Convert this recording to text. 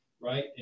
right